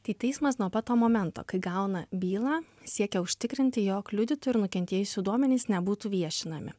tai teismas nuo pat to momento kai gauna bylą siekia užtikrinti jog liudytojų ir nukentėjusių duomenys nebūtų viešinami